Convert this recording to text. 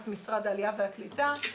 את משרד העלייה והקליטה.